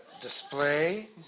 display